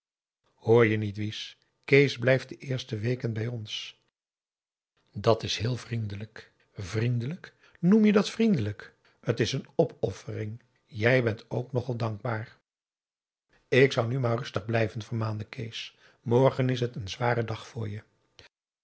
hoor je niet wies kees blijft de eerste weken bij ons dat is heel vriendelijk vriendelijk noem je dat vriendelijk het is een opoffering jij bent ook nogal dankbaar p a daum hoe hij raad van indië werd onder ps maurits ik zou nu maar rustig blijven vermaande kees morgen is het een zware dag voor je